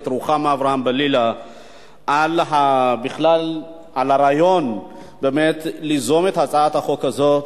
רוחמה אברהם-בלילא על הרעיון ליזום את הצעת החוק הזאת